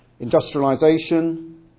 industrialisation